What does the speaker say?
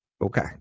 Okay